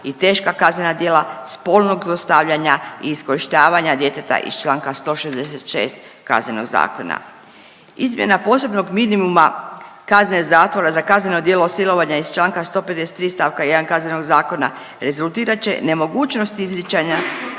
i teška kaznena djela spolnog zlostavljanja i iskorištavanja djeteta iz članka 166. Kaznenog zakona. Izmjena posebnog minimuma kazne zatvora za kazneno djelo silovanja iz članka 153. stavka 1. Kaznenog zakona rezultirat će nemogućnosti izricanja